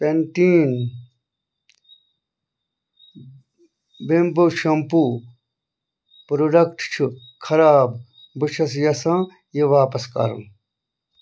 Pantene bamboo shampoo product چھ خراب بہٕ چھس یژھان یہِ واپس کرُن